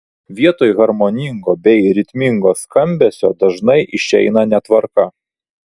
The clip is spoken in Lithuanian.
vietoj harmoningo bei ritmingo skambesio dažnai išeina netvarka